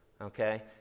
okay